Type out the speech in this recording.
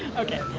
ok